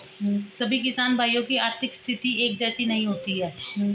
सभी किसान भाइयों की आर्थिक स्थिति एक जैसी नहीं होती है